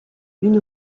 une